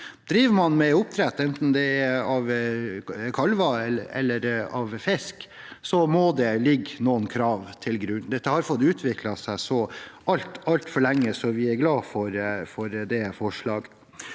Driver man med oppdrett, enten det er av kalver eller av fisk, må det ligge noen krav til grunn. Dette har fått utvikle seg så altfor, altfor lenge, så vi er glade for det forslaget.